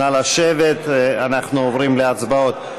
נא לשבת, אנחנו עוברים להצבעות.